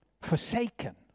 forsaken